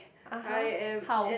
(uh huh) how